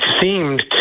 seemed